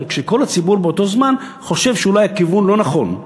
כשכל הציבור באותו זמן חושב שאולי הכיוון לא נכון.